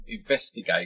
investigate